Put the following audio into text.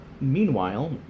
Meanwhile